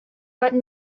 but